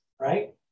right